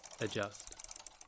Adjust